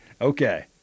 Okay